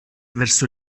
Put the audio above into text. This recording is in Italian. verso